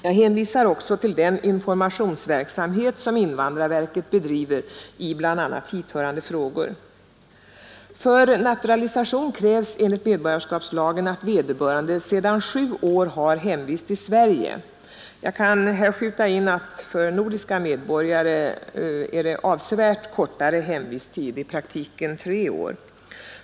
Jag hänvisar också till den informationsverksamhet som invandrarverket bedriver i bl.a. hithörande Kungl. Maj:ts frågor. praxis i natura För naturalisation krävs enligt medborgarskapslagen att vederbörande = lisationsärenden ”sedan sju år har hemvist i Sverige”. Jag kan här skjuta in att för nordiska medborgare gäller avsevärt kortare hemvisttid, i praktiken tre år.